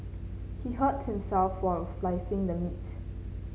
he hurt himself while slicing the meat